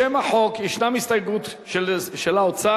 לשם החוק יש הסתייגות של האוצר,